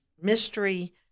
mystery